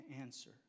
answer